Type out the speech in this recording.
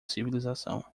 civilização